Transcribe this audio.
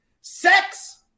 sex